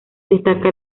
destaca